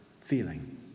feeling